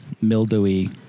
mildewy